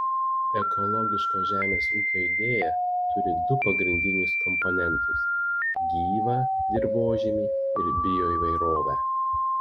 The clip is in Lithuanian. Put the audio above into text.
ekologiško žemės ūkio idėja turi du pagrindinius komponentus gyvą dirvožemį ir bioįvairovę